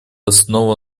основа